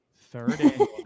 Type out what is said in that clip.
Third